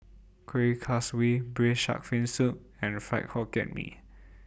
Kuih Kaswi Braised Shark Fin Soup and Fried Hokkien Mee